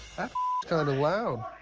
that kind of loud.